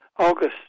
August